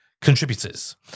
contributors